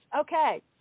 okay